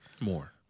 more